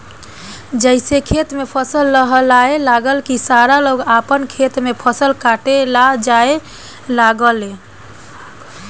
जइसे खेत में फसल लहलहाए लागल की सारा लोग आपन खेत में फसल काटे ला जाए लागल